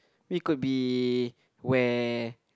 we could be where